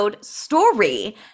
story